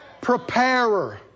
preparer